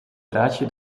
draadje